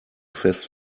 fest